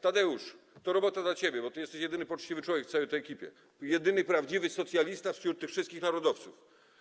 Tadeusz, to robota dla ciebie, bo ty jesteś jedynym poczciwym człowiekiem w całej tej ekipie, jedynym prawdziwym socjalistą wśród tych wszystkich narodowców.